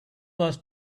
was